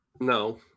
No